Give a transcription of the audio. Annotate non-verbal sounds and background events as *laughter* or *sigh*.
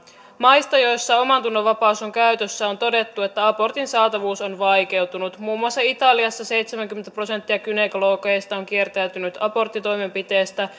maista joissa omantunnonvapaus on käytössä on todettu että abortin saatavuus on vaikeutunut muun muassa italiassa seitsemänkymmentä prosenttia gynekologeista on kieltäytynyt aborttitoimenpiteestä *unintelligible*